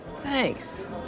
Thanks